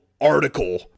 article